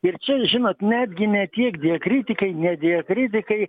ir čia žinot netgi ne tiek diakritikai ne diakritikai